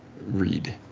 read